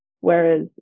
whereas